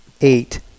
eight